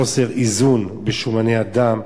חוסר איזון בשומני הדם,